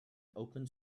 open